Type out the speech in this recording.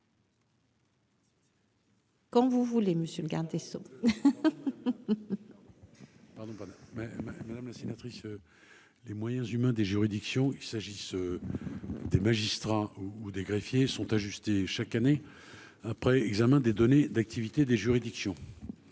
Comme vous voulez monsieur le garde des Sceaux. Pardon, pas même madame la sénatrice les moyens humains, des juridictions, il s'agisse des magistrats ou des greffiers sont ajustés chaque année après examen des données d'activité des juridictions